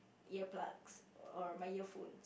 earplugs or my earphone